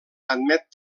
admet